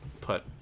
put